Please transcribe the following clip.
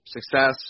success